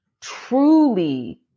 truly